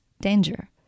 danger